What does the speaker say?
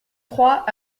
trois